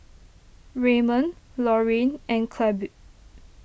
Raymond Loreen and Clabe